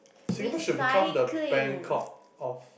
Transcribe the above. Singapore should become the Bangkok of